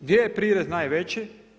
Gdje je prirez najveći?